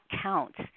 counts